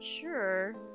sure